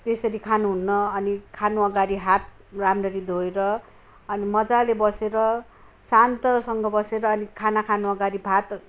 त्यसरी खानु हुन्न अनि खानु अगाडि हात राम्ररी धोएर अनि मजाले बसेर शान्तसँग बसेर अनि खाना खानु अगाडि भात